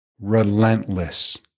relentless